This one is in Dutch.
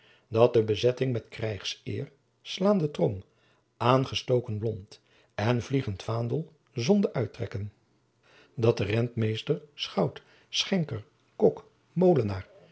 dat de bezetting met krijgseer slaande trom aangestoken lont en vliegend vaandel zonde uittrekken dat de rentmeester schout schenker kok molenaar